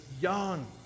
young